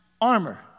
armor